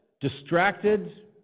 distracted